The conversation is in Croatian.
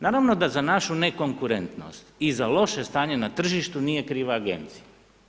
Naravno da za našu ne konkurentnost i za loše stanje na tržištu nije kriva agencija.